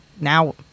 now